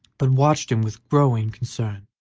but watched him with growing concern,